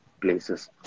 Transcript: places